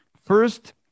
first